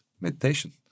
meditation